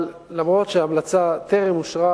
אבל למרות העובדה שההמלצה טרם אושרה,